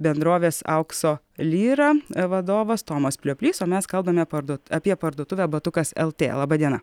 bendrovės aukso lyrą vadovas tomas plioplys o mes kalbame parduot apie parduotuvę batukas el tė laba diena